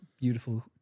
beautiful